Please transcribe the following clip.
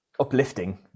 uplifting